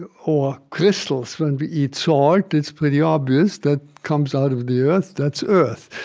and or crystals when we eat salt, it's pretty obvious that comes out of the earth. that's earth,